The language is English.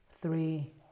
three